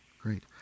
Great